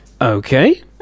Okay